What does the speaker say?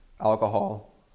alcohol